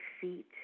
feet